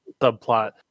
subplot